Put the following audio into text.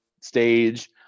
stage